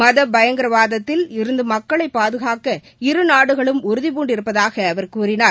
மத பயங்கரவாதத்தில் இருந்து மக்களை பாதுகாக்க இரு நாடுகளும் உறுதி பூண்டிருப்பதாக அவர் கூறினார்